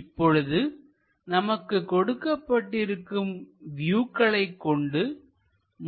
இப்பொழுது நமக்கு கொடுக்கப்பட்டிருக்கும் வியூக்களை கொண்டு